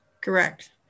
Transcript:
Correct